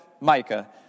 Micah